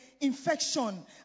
infection